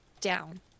down